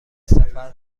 سفر